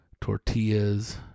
tortillas